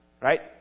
Right